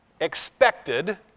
expected